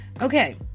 Okay